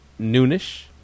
noonish